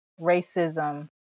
racism